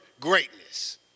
greatness